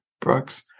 Brooks